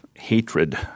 hatred